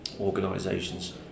organisations